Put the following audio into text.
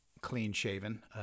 clean-shaven